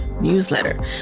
newsletter